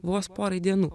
vos porai dienų